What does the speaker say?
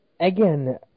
again